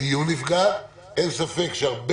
אלה דיני נפשות ואי אפשר לשחק